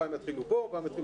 פעם יתחילו פה, פעם יתחילו פה.